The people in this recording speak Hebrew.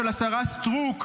של השרה סטרוק,